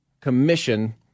commission